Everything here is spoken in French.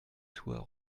sois